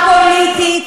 חבר הכנסת פורר.